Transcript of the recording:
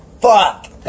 fuck